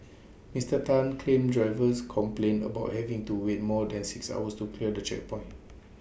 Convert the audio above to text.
Mister Tan claimed drivers complained about having to wait more than six hours to clear the checkpoint